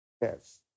Yes